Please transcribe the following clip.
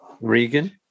Regan